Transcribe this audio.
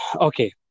okay